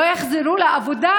תודה.